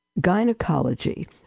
gynecology